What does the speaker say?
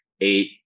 eight